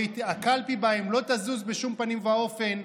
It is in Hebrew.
שהקלפי בהם לא תזוז בשום פנים ואופן.